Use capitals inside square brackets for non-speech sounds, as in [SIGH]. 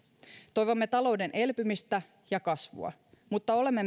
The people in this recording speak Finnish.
toivomme talouden elpymistä ja kasvua mutta olemme [UNINTELLIGIBLE]